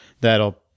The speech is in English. that'll